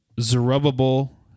Zerubbabel